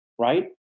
right